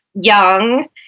young